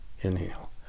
inhale